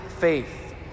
faith